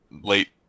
late